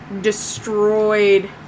destroyed